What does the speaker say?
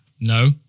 no